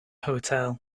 hotel